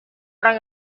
orang